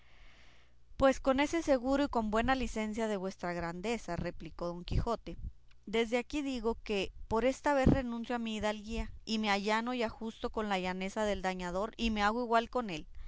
pues con ese seguro y con buena licencia de vuestra grandeza replicó don quijote desde aquí digo que por esta vez renuncio a mi hidalguía y me allano y ajusto con la llaneza del dañador y me hago igual con él